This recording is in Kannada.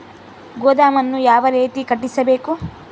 ಗೋದಾಮನ್ನು ಯಾವ ರೇತಿ ಕಟ್ಟಿಸಬೇಕು?